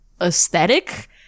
aesthetic